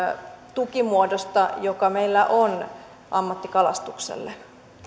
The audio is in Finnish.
tukimuodosta joka meillä on ammattikalastukselle